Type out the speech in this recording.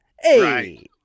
Hey